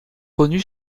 connue